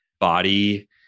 body